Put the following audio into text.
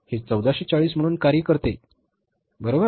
हे 1440 म्हणून कार्य करते बरोबर